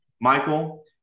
Michael